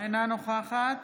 אינה נוכחת